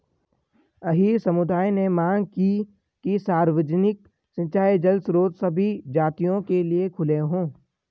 अहीर समुदाय ने मांग की कि सार्वजनिक सिंचाई जल स्रोत सभी जातियों के लिए खुले हों